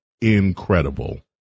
incredible